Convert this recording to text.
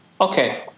Okay